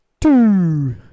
Two